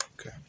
Okay